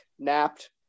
napped